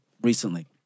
recently